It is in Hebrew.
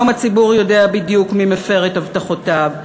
היום הציבור יודע בדיוק מי מפר את הבטחותיו,